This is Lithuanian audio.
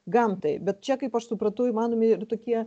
gamtai bet čia kaip aš supratau įmanomi ir tokie